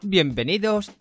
Bienvenidos